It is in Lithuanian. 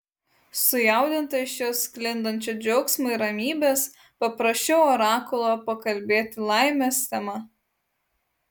sujaudinta iš jo sklindančio džiaugsmo ir ramybės paprašiau orakulo pakalbėti laimės tema